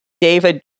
David